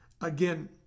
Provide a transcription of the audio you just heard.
Again